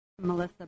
Melissa